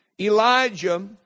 Elijah